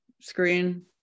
screen